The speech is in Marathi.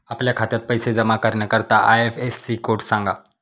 आपल्या खात्यात पैसे जमा करण्याकरता आय.एफ.एस.सी कोड सांगा